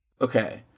Okay